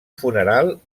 funeral